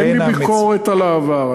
אין לי ביקורת על העבר.